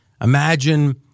Imagine